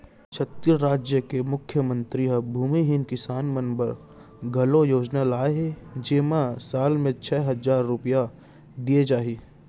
छत्तीसगढ़ राज के मुख्यमंतरी ह भूमिहीन किसान मन बर घलौ योजना लाए हे जेमा साल म छै हजार रूपिया दिये जाही